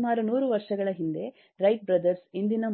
ಸುಮಾರು 100 ವರ್ಷಗಳ ಹಿಂದೆ ರೈಟ್ ಬ್ರದರ್ಸ್ ಇಂದಿನ